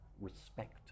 respect